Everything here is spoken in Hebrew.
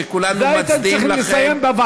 שכולנו מצדיעים לכם.